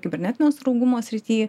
kibernetinio saugumo srity